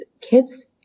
kids